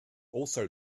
also